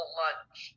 lunch